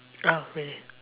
ah really